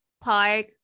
park